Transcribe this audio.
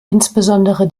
insbesondere